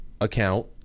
account